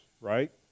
right